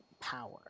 power